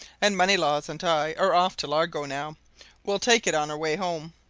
and moneylaws and i are off to largo now we'll take it on our way home.